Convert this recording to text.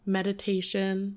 Meditation